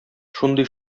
шундый